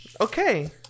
Okay